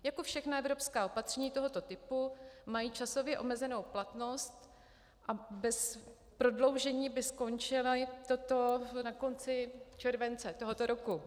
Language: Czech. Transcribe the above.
Jako všechna evropská opatření tohoto typu mají časově omezenou platnost a bez prodloužení by skončila na konci července tohoto roku.